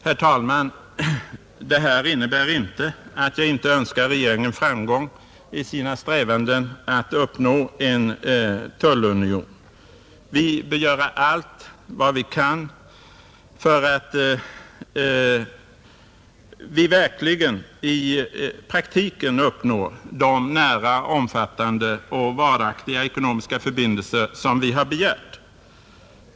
Herr talman! Det här innebär inte att jag inte önskar regeringen framgång i dess strävanden att uppnå en tullunion. Vi bör göra allt vad vi kan för att vi verkligen i praktiken skall uppnå de ”nära, omfattande och varaktiga ekonomiska förbindelser” som vi har begärt.